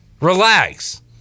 relax